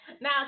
Now